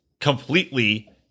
completely